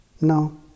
No